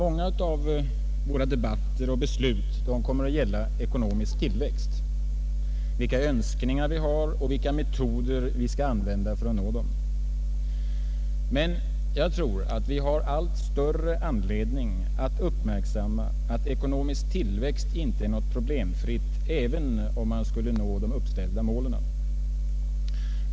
Många av våra debatter och beslut kommer att gälla ekonomisk tillväxt, vilka önskningar vi har och vilka metoder vi skall använda för att nå dem. Men jag tror att vi har allt större anledning att uppmärksamma att ekonomisk tillväxt inte är något problemfritt, även om man skulle nå de uppställda målen.